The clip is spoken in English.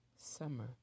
summer